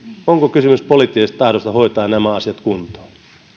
onko kysymys poliittisesta tahdosta hoitaa nämä asiat kuntoon